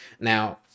Now